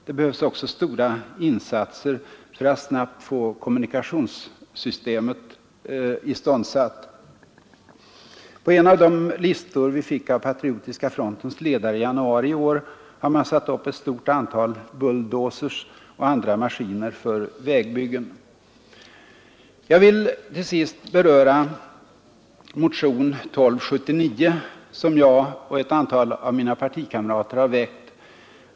Det behövs också stora insatser för att snabbt få kommunikationssystemet iståndsatt. På en av de listor vi fick av patriotiska frontens ledare i januari i år har man satt upp ett stort antal bulldozer och andra maskiner för vägbyggen. Jag vill till sist beröra motionen 1279, som jag och ett antal av mina partikamrater har väckt.